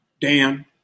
Dan